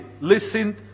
listened